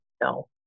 No